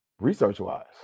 research-wise